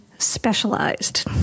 specialized